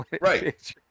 right